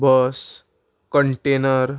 bus container